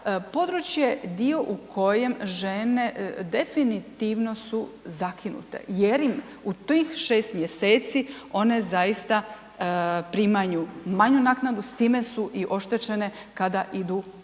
područje dio u kojem žene definitivno su zakinute jer im u tih 6 mj. one zaista primanju manju naknadu, s time su i oštećen kada idu u